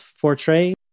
portray